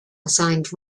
assigned